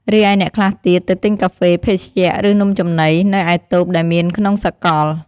រីឯអ្នកខ្លះទៀតទៅទិញកាហ្វេ ភេសជ្ជៈ ឬនំចំណី នៅឯតូបដែលមានក្នុងសកល។